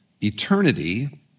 eternity